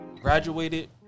graduated